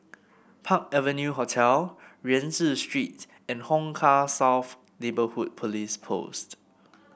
Park Avenue Hotel Rienzi Street and Hong Kah South Neighbourhood Police Post